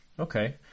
Okay